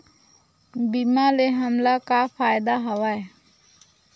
बीमा ले हमला का फ़ायदा हवय?